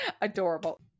Adorable